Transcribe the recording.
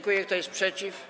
Kto jest przeciw?